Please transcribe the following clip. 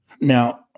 Now